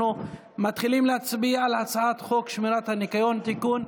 אנחנו מתחילים להצביע על הצעת חוק שמירת הניקיון (תיקון,